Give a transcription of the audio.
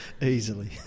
Easily